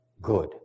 Good